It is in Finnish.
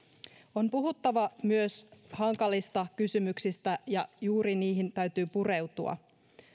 on puhuttava myös hankalista kysymyksistä ja juuri niihin täytyy pureutua